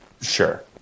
Sure